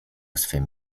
swym